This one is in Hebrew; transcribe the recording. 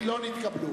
נגד?